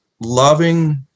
loving